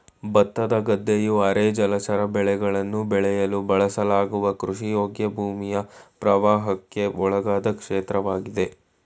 ಭತ್ತದ ಗದ್ದೆಯು ಅರೆ ಜಲಚರ ಬೆಳೆಗಳನ್ನು ಬೆಳೆಯಲು ಬಳಸಲಾಗುವ ಕೃಷಿಯೋಗ್ಯ ಭೂಮಿಯ ಪ್ರವಾಹಕ್ಕೆ ಒಳಗಾದ ಕ್ಷೇತ್ರವಾಗಿದೆ